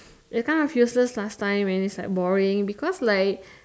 that time like is useless last time and is like boring because like